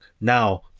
now